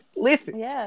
listen